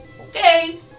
Okay